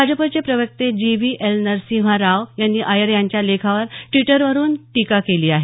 भाजपचे प्रवक्ते G V L Narasimha Rao यांनी अय्यर यांच्या या लेखावर ड्वीटरवरून टीका केली आहे